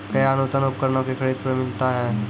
कया अनुदान उपकरणों के खरीद पर मिलता है?